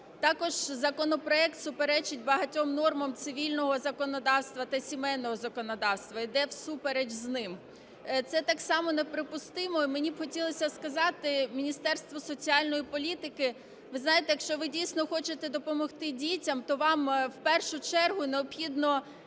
Також законопроект суперечить багатьом нормам цивільного законодавства та сімейного законодавства, йде всупереч з ними. Це так само неприпустимо. І мені б хотілося сказати, Міністерство соціальної політики, ви знаєте, якщо ви дійсно хочете допомогти дітям, то вам в першу чергу необхідно